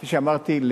כפי שאמרתי,